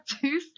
two